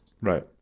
Right